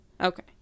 Okay